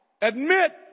admit